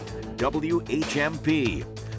WHMP